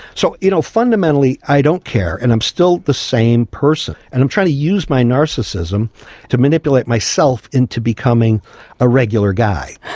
so you know fundamentally i don't care, and i'm still the same person. and i'm trying to use my narcissism to manipulate myself into becoming a regular guy.